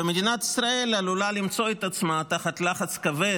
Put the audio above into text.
ומדינת ישראל עלולה למצוא את עצמה תחת לחץ כבד,